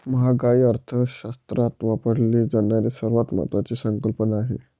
महागाई अर्थशास्त्रात वापरली जाणारी सर्वात महत्वाची संकल्पना आहे